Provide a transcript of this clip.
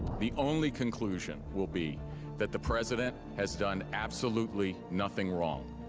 the only conclusion will be that the president has done absolutely nothing wrong.